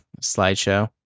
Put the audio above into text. slideshow